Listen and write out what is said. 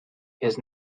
his